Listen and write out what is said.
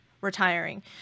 retiring